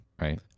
right